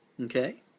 okay